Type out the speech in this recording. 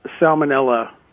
Salmonella